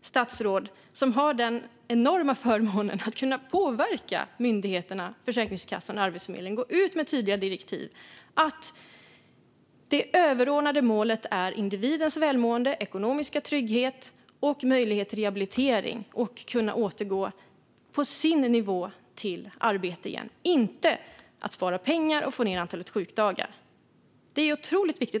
statsrådet, som har den enorma förmånen att kunna påverka myndigheterna Försäkringskassan och Arbetsförmedlingen, att gå ut med tydliga direktiv om att det överordnade målet är individens välmående, ekonomiska trygghet, möjlighet till rehabilitering och möjlighet att återgå, på sin nivå, till arbete igen - inte att spara pengar och få ned antalet sjukdagar? Detta är otroligt viktigt.